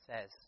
says